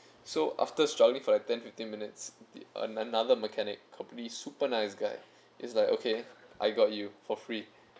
so after struggling for like ten fifteen minutes another mechanic called me super nice guy it's like okay I got you for free